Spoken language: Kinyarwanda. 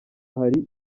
hari